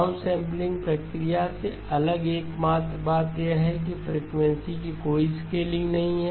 down sampling प्रक्रिया से अलग एकमात्र बात यह है कि फ्रीक्वेंसी की कोई स्केलिंग नहीं है